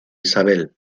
isabel